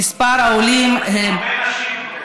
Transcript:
הרבה נשים,